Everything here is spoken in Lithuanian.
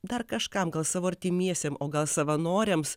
dar kažkam gal savo artimiesiem o gal savanoriams